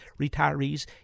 retirees